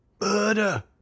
Murder